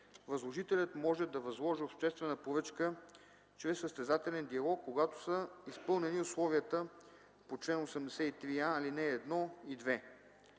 Възложителят може да възложи обществена поръчка чрез състезателен диалог, когато са изпълнени условията по чл. 83а, ал. 1 и 2.